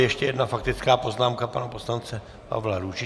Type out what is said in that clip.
Ještě jedna faktická poznámka pana poslance Pavla Růžičky.